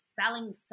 spelling